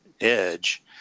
edge